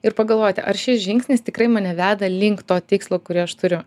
ir pagalvoti ar šis žingsnis tikrai mane veda link to tikslo kurį aš turiu